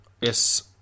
yes